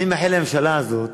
אני מאחל לממשלה הזאת